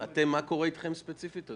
אחד לא